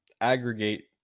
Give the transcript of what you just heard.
aggregate